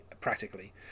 practically